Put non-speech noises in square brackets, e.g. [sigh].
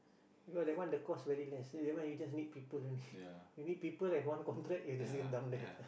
because that one the cost very less so that one you just need people only [laughs] you need people and one contract that's it dump there